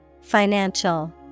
Financial